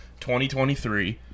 2023